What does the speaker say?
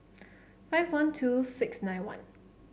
five one two six nine one